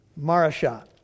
Marashat